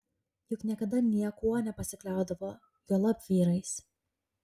juk niekada niekuo nepasikliaudavo juolab vyrais